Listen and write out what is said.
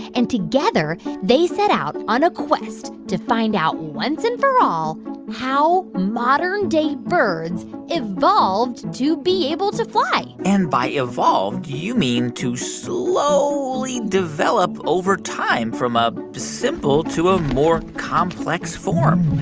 and together, they set out on a quest to find out once and for all how modern-day birds evolved to be able to fly and by evolved, you mean to slowly develop over time from a simple to a more complex form